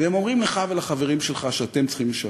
והם אומרים לך ולחברים שלך שאתם צריכים לשרת,